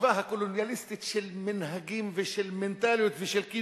החשיבה הקולוניאליסטית של מנהגים ושל מנטליות ושל,